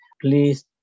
please